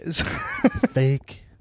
Fake